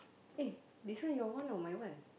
eh this one your one or my one